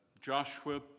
Joshua